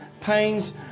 pains